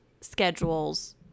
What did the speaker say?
schedules